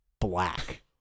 black